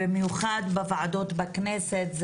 במיוחד בוועדות בכנסת,